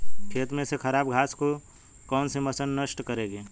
खेत में से खराब घास को कौन सी मशीन नष्ट करेगी?